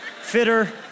fitter